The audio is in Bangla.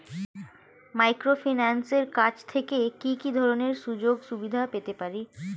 মাইক্রোফিন্যান্সের কাছ থেকে কি কি ধরনের সুযোগসুবিধা পেতে পারি?